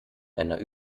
einer